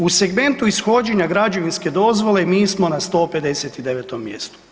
U segmentu ishođenja građevinske dozvole, mi smo na 159. mjestu.